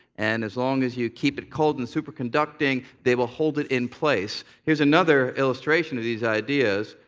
and as long as you keep it cold and superconducting, they will hold it in place. here's another illustration of these ideas.